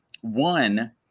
One